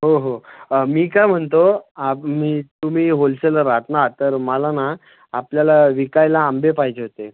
हो हो मी काय म्हणतो आब मी तुम्ही होलसेलर आहात ना तर मला ना आपल्याला विकायला आंबे पाहिजे होते